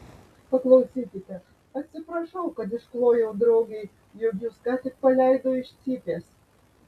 paklausykite atsiprašau kad išklojau draugei jog jus ką tik paleido iš cypės